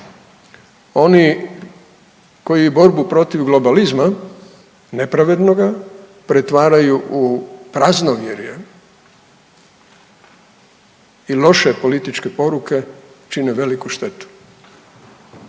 Oni koji borbu protiv globalizma nepravednoga pretvaraju u praznovjerje i loše političke poruke čine veliku štetu